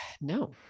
no